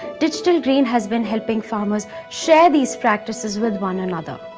digital green has been helping farmers share these practices with one another.